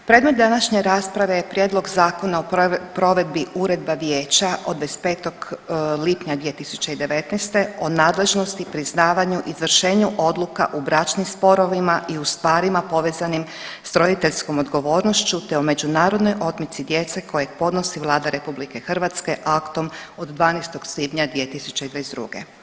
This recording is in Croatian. Predmet današnje rasprave je Prijedlog zakona o provedbi Uredba Vijeća od 25. lipnja 2019. o nadležnosti, priznavanju, izvršenju odluka u bračnim sporovima i u stvarima povezanim s roditeljskom odgovornošću te o međunarodnoj otmici djece kojeg podnosi Vlada Republike Hrvatske aktom od 12. svibnja 2022.